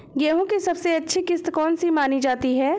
गेहूँ की सबसे अच्छी किश्त कौन सी मानी जाती है?